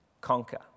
conquer